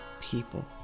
people